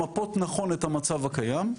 למפות נכון את המצב הקיים,